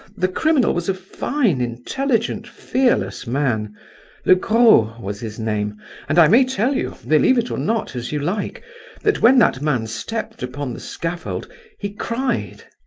the criminal was a fine intelligent fearless man le gros was his name and i may tell you believe it or not, as you like that when that man stepped upon the scaffold he cried,